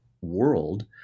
world